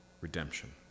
redemption